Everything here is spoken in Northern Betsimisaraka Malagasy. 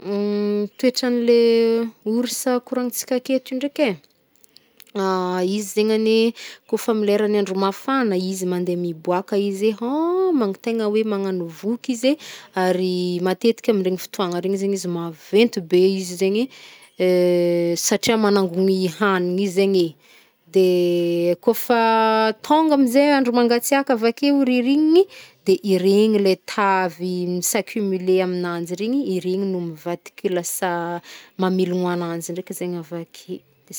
Toetran'le ours koragnitsika aketo ndraiky edy e, izy zegny anie kô fam leran'ny andro mafagna izy mandeh miboaka izy e, magn- tegna hoe magnano voky izy e, ary matetika amin'iregny fotoagna regny zegny izy maventy be izy zegny, satria manangony hagny zegny e. Kô fa tônga amy zey andro mangatsiaka avakeo rirignigny, de ireny ley tavy nis'accumulé aminanjy regny, iregny no mivadik lasa mamelognoagnanjy ndraiky avake.